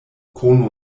konu